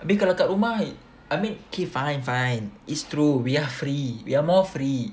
abeh kalau kat rumah I mean K fine fine it's true we are free we are more free